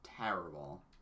Terrible